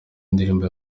ndirimbo